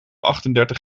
achtendertig